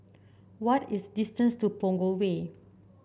what is the distance to Punggol Way